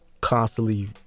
constantly